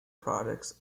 products